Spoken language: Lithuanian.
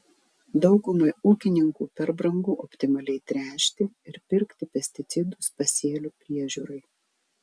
daugumai ūkininkų per brangu optimaliai tręšti ir pirkti pesticidus pasėlių priežiūrai